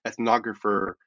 ethnographer